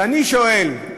ואני שואל: